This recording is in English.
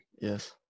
Yes